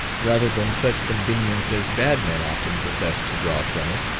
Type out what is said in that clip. rather than such convenience as bad men often profess to draw from it.